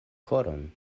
koron